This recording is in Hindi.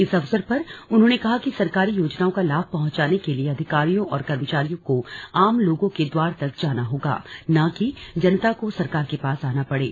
इस अवसर पर उन्होंने कहा कि सरकारी योजनाओं का लाभ पहुंचाने के लिए अधिकारियों और कर्मचारियों को आम लोगों के द्वार तक जाना होगा न कि जनता को सरकार के पास आना पड़े